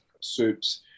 soups